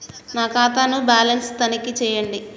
నా ఖాతా ను బ్యాలన్స్ తనిఖీ చేయండి?